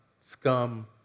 scum